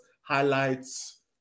highlights